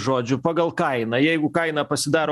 žodžiu pagal kainą jeigu kaina pasidaro